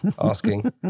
asking